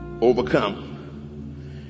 overcome